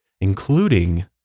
including